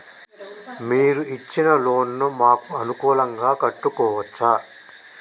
మీరు ఇచ్చిన లోన్ ను మాకు అనుకూలంగా కట్టుకోవచ్చా?